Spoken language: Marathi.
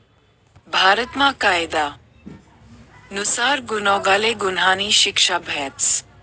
भारतमा कायदा नुसार गुन्हागारले गुन्हानी शिक्षा भेटस